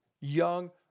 young